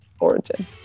origin